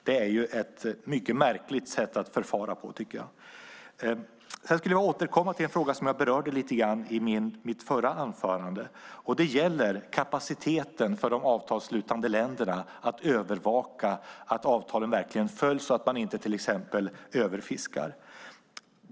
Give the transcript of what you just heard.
Det är ett mycket märkligt sätt att förfara på. Jag skulle vilja återkomma till en fråga som jag berörde lite grann i mitt förra anförande. Den gäller kapaciteten för de avtalsslutande länderna att övervaka att avtalen verkligen följs, så att man inte till exempel överfiskar.